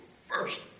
first